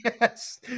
Yes